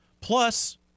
Plus